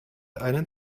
einen